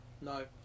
no